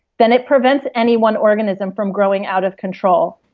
then it prevents any one organism from growing out of control.